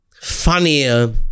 funnier